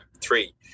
three